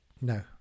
No